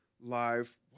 live